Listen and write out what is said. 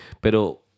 Pero